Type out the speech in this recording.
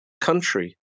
country